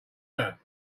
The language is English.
earth